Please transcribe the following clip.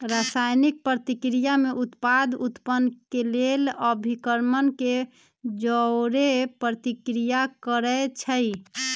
रसायनिक प्रतिक्रिया में उत्पाद उत्पन्न केलेल अभिक्रमक के जओरे प्रतिक्रिया करै छै